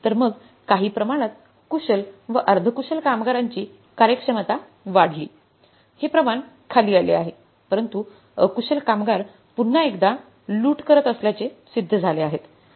तर मग काही प्रमाणात कुशल व अर्धकुशल कामगारांची कार्यक्षमता वाढली हे प्रमाण खाली आले आहे परंतु अकुशल कामगार पुन्हा एकदा लूट करत असल्याचे सिद्ध झाले आहेत